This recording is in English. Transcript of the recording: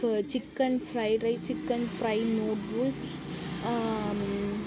chicken fried rice chicken fry noodles